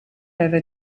over